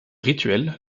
rituel